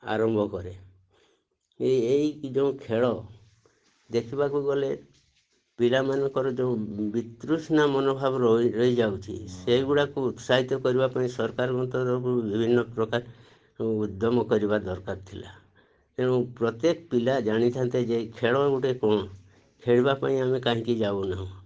ଆରମ୍ଭ କରେ ଏଇ ଯେଉଁ ଖେଳ ଦେଖିବାକୁ ଗଲେ ପିଲାମାନଙ୍କର ଯୋଉ ବିତୃଷ୍ଣା ମନୋଭାବ ରହିଯାଉଛି ସେଗୁଡ଼ାକୁ ଉତ୍ସାହିତ କରିବା ପାଇଁ ସରକାରଙ୍କ ତରଫରୁ ବିଭିନ୍ନ ପ୍ରକାର ଉଦ୍ୟମ କରିବା ଦରକାର ଥିଲା ତେଣୁ ପ୍ରତ୍ୟେକ ପିଲା ଜାଣିଥାନ୍ତେ ଯେ ଖେଳ ଗୋଟେ କ'ଣ ଖେଳିବା ପାଇଁ ଆମେ କାହିଁକି ଯାଉନାହୁଁ